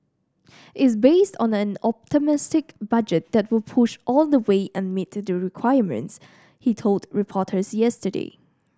is based on an optimistic budget that will push all the way and meet the requirements he told reporters yesterday